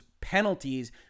penalties